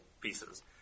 pieces